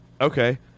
okay